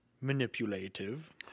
manipulative